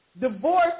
divorce